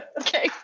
Okay